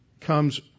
comes